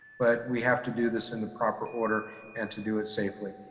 but we have to do this in the proper order and to do it safely.